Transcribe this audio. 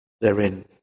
therein